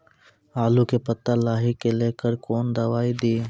आलू के पत्ता लाही के लेकर कौन दवाई दी?